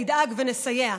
נדאג ונסייע,